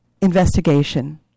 investigation